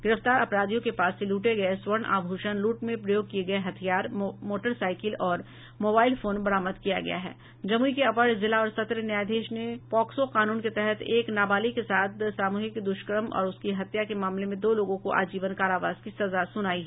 गिरफ्तार अपराधियों के पास से लूटे गये स्वर्णआभूषण लूट में प्रयोग किये गये हथियार मोटरसाइकिल और मोबाइल फोन बरामद किया गया है जमूई के अपर जिला और सत्र न्यायाधीश ने पोक्सो कानून के तहत एक नाबालिग के साथ सामुहिक द्रष्कर्म और उसकी हत्या के मामले में दो लोगों को आजीवन कारावास की सजा सुनाई है